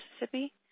Mississippi